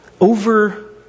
over